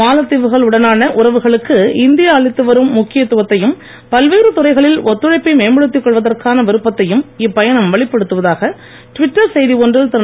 மாலத்தீவுகள் உடனான உறவுகளுக்கு இந்தியா அளித்து வரும் முக்கியத்துவத்தையும் பல்வேறு துறைகளில் ஒத்துழைப்பை மேம்படுத்திக் கொள்வதற்கான விருப்பத்தையும் இப்பயணம் வெளிப்படுத்துவதாக ட்விட்டர் செய்தி ஒன்றில் திரு